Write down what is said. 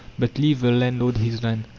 but leave the landlord his land,